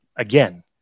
Again